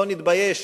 לא נתבייש,